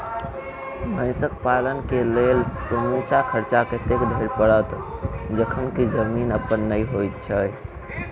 भैंसक पालन केँ लेल समूचा खर्चा कतेक धरि पड़त? जखन की जमीन अप्पन नै होइत छी